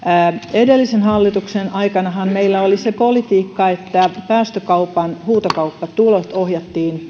edellisen hallituksen aikanahan meillä oli se politiikka että päästökaupan huutokauppatulot ohjattiin